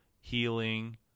healing